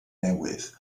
newydd